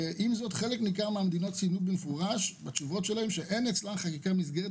חלק ניכר מהמדינות ציינו במפורש שאין אצלן חקיקת מסגרת